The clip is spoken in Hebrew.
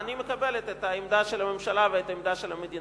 אני מקבלת את העמדה של הממשלה ואת העמדה של המדינה.